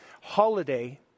holiday